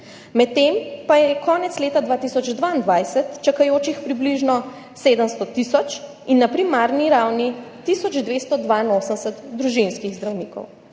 Medtem pa je konec leta 2022 čakajočih približno 700 tisoč in na primarni ravni tisoč 282 družinskih zdravnikov.